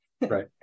Right